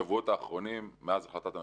בשבועות האחרונים, מאז החלטת הממשלה,